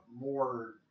more